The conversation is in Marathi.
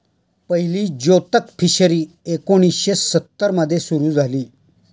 पहिली जोतक फिशरी एकोणीशे सत्तर मध्ये सुरू झाली